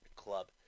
Club